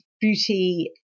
beauty